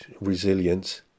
resilience